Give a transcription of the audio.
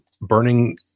Burning